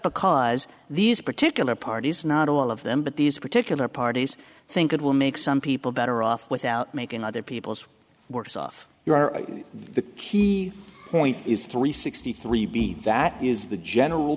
because these particular parties not all of them but these particular parties think it will make some people better off without making other people's works off you are the key point is three sixty three b that is the general